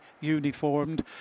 uniformed